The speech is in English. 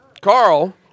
Carl